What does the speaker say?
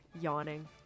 yawning